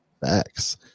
Facts